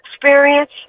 experience